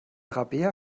rabea